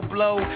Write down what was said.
Blow